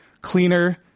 cleaner